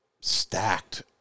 stacked